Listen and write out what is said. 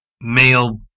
male